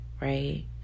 right